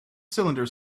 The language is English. cylinder